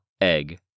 Egg